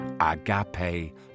agape